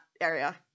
area